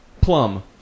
Plum